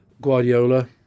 Guardiola